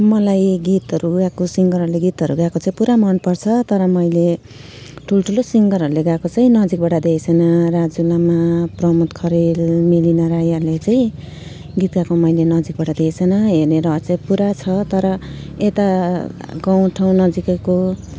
मलाई गीतहरू गाएको सिङ्गरहरूले गाएको गाएको चाहिँ पुरा मनपर्छ तर मैले ठुल्ठुलो सिङ्गरहरूले गाएको चाहिँ नजिकबाट देखेको छुइनँ राजु लामा प्रमोद खरेल मेलिना राईहरूले चाहिँ गीत गाएको मैले नजिकबाट देखेको छुइनँ हेर्ने रहर चाहिँ पुरा छ तर यता गाउँठाउँ नजिकैको